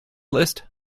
list